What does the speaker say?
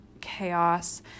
chaos